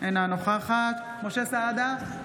אינה נוכחת משה סעדה,